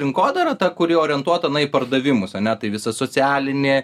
rinkodara ta kuri orientuota na į pardavimus ane tai visa socialinė